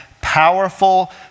powerful